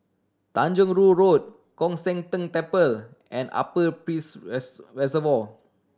Tanjong Rhu Road Koon Seng Ting Temple and Upper Peirce Reservoir